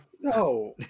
No